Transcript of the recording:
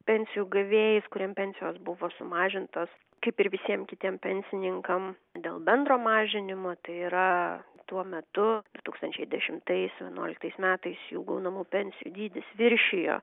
pensijų gavėjais kuriem pensijos buvo sumažintos kaip ir visiem kitiem pensininkam dėl bendro mažinimo tai yra tuo metu tūkstančiai dešimtais vienuoliktais metais jų gaunamų pensijų dydis viršijo